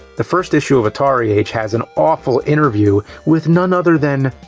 the first issue of atari age has an awful interview, with none other than.